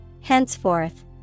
Henceforth